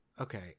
Okay